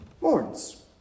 mourns